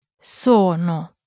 sono